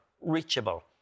reachable